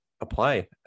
apply